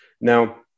Now